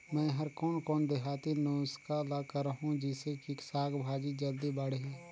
मै हर कोन कोन देहाती नुस्खा ल करहूं? जिसे कि साक भाजी जल्दी बाड़ही?